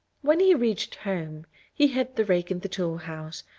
when he reached home he hid the rake in the tool house,